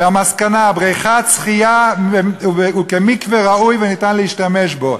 והמסקנה: בריכת שחייה היא כמקווה ראוי שניתן להשתמש בו.